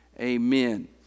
Amen